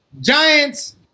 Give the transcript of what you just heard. Giants